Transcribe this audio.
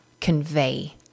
convey